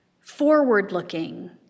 forward-looking